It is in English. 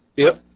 if